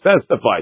testified